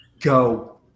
go